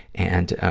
and, ah,